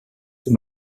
sous